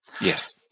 Yes